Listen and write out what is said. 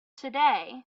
today